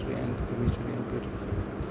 and visually impaired